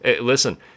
Listen